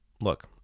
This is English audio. look